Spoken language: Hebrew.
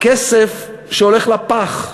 כסף שהולך לפח.